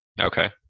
Okay